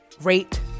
rate